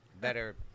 Better